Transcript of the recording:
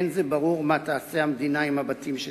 אין זה ברור מה תעשה המדינה עם הבתים שתפדה,